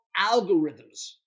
algorithms